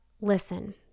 Listen